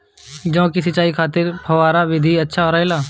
जौ के सिंचाई खातिर फव्वारा विधि अच्छा रहेला?